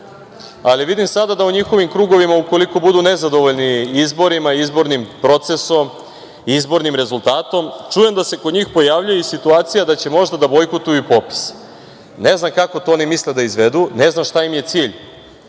ali, vidim sada da u njihovim krugovima ukoliko budu nezadovoljni izborima i izbornim procesom, izbornim rezultatom, čujem da se kod njih pojavljuje i situacija da će možda da bojkotuju popis. Ne znam kako to oni misle da izvedu, ne znam šta im je cilj